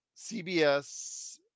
CBS